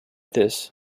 this